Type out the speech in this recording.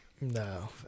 No